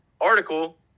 article